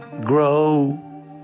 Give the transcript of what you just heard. grow